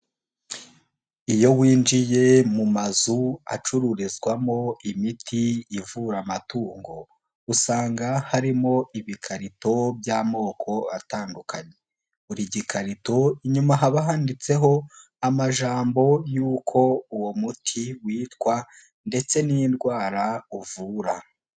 Iyo winjiye mu mazu acururizwamo imiti ivura amatungo, usanga harimo ibikarito by'amoko atandukanye, buri gikarito inyuma haba handitseho amajambo y'uko uwo muti witwa ndetse n'indwara uvura.